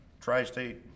Tri-State